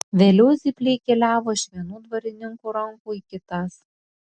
vėliau zypliai keliavo iš vienų dvarininkų rankų į kitas